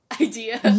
idea